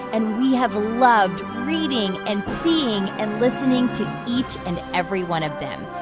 and we have loved reading, and seeing and listening to each and every one of them.